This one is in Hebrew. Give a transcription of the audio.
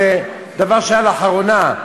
מה שעכשיו אמרתי זה דבר שהיה לאחרונה,